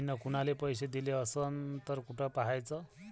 मिन कुनाले पैसे दिले असन तर कुठ पाहाचं?